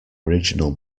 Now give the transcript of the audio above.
original